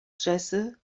jesse